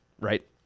Right